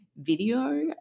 video